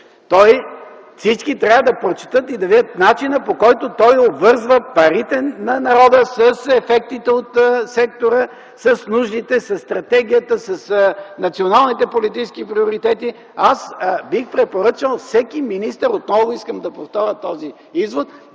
Всички трябва да прочетат и да видят начина, по който той обвързва парите на народа с ефектите от сектора, с нуждите, със стратегията, с националните политически приоритети! Бих препоръчал всеки министър – отново искам да повторя този извод,